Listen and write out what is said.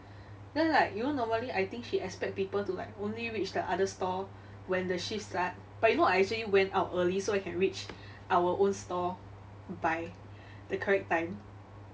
then like you know normally I think she expect people to like only reach the other store when the shift start but you know I actually went out early so I can reach our own store by the correct time